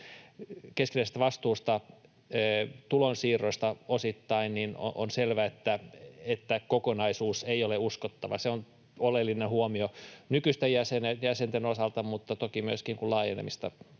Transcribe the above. keskinäisestä vastuusta, tulonsiirroista osittain, niin on selvää, että kokonaisuus ei ole uskottava. Se on oleellinen huomio nykyisten jäsenten osalta mutta toki myöskin, kun laajentumista